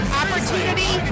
opportunity